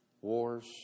wars